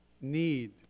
need